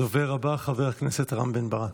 הדובר הבא, חבר הכנסת רם בן ברק.